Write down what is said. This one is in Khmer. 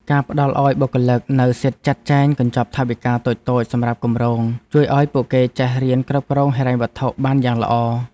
ការផ្តល់ឱ្យបុគ្គលិកនូវសិទ្ធិចាត់ចែងកញ្ចប់ថវិកាតូចៗសម្រាប់គម្រោង ជួយឱ្យពួកគេចេះរៀនគ្រប់គ្រងហិរញ្ញវត្ថុបានយ៉ាងល្អ។